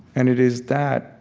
and it is that